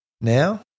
now